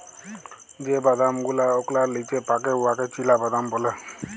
যে বাদাম গুলা ওকলার লিচে পাকে উয়াকে চিলাবাদাম ব্যলে